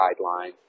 guideline